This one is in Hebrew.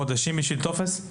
חודשים בשביל טופס?